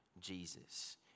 Jesus